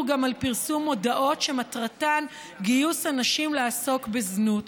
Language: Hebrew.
גם על פרסום מודעות שמטרתן גיוס נשים לעסוק בזנות.